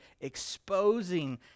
exposing